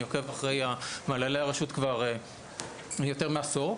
עוקב אחרי מעללי הרשות כבר יותר מעשור.